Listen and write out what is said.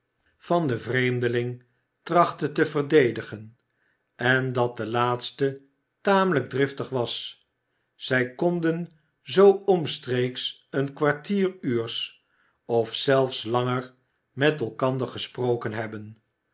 van den vreemdeling trachtte te verdedigen en dat de laatste tamelijk driftig was zij konden zoo omstreeks een kwartieruurs of zelfs langer met elkander gesproken hebben